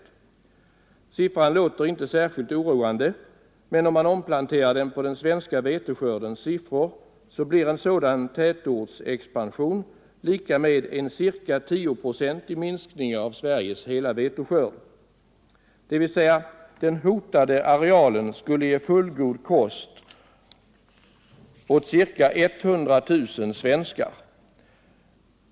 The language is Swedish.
Siffran låter inte särskilt oroande, men om man omplanterar den på den svenska veteskördens siffror, så blir en sådan tätortsexpansion lika med en ca 10 procentig minskning av Sveriges hela veteskörd. Den hotade arealen skulle alltså ge fullgod kost åt ca 100 000 svenskar.